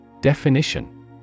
Definition